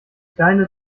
kleine